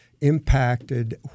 impacted